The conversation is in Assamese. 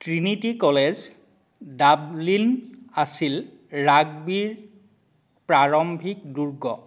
ট্ৰিনিটি কলেজ ডাবলিন আছিল ৰাগবীৰ প্ৰাৰম্ভিক দুৰ্গ